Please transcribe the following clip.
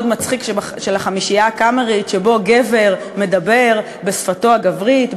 מצחיק של "החמישייה הקאמרית" שבו גבר מדבר בשפתו הגברית,